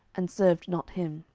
and served not him.